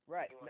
Right